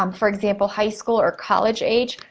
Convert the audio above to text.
um for example high school or college age,